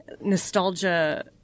nostalgia